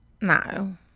No